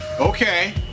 Okay